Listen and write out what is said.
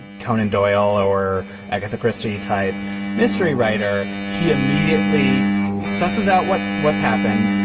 conan doyle or agatha christie type mystery writer. he immediately sasse's out. what what's happened?